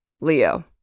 Leo